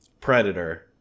Predator